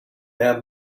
have